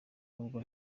nubwo